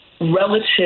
relative